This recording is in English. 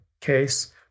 case